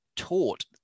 taught